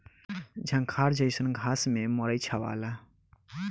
झंखार जईसन घास से मड़ई छावला